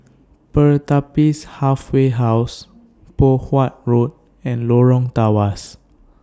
Pertapis Halfway House Poh Huat Road and Lorong Tawas